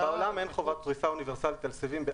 בעולם אין חובת פריסה אוניברסלית על סיבים.